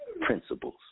principles